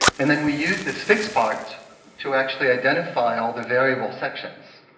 and then we used this fixed part to actually identify all the variable sections.